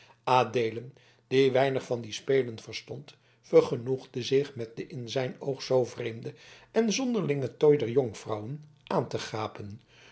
die weinig van die spelen verstond vergenoegde zich met den in zijn oog zoo vreemden en zonderlingen tooi der jonkvrouwen aan te gapen